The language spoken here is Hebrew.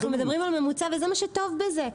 אנחנו על ממוצע וזה מה שטוב בזה.